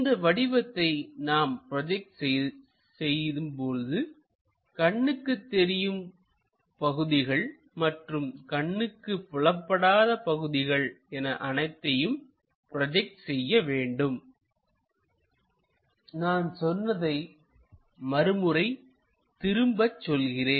இந்த வடிவத்தை நாம் ப்ரோஜெக்ட் செய்யும் போது கண்ணுக்கு தெரியும் பகுதிகள் மற்றும் கண்ணுக்கு புலப்படாத பகுதிகள் என அனைத்தையும் ப்ரோஜெக்ட் செய்ய வேண்டும் நான் சொன்னதை மறுமுறை திரும்பச் சொல்கிறேன்